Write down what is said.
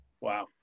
Wow